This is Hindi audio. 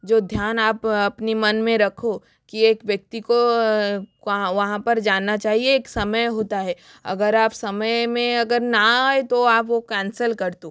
जो ध्यान आप अपनी मन में रखो कि एक व्यक्ति को वहाँ पर जाना चाहिए एक समय होता है अगर आप समय में अगर ना आए तो आप वो कैंसल कर दो